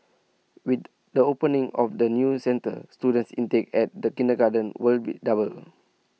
with the opening of the new centre students intake at the kindergarten will be double